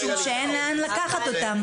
משום שאין לאן לקחת אותם.